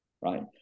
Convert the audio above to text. Right